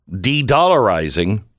de-dollarizing